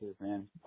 man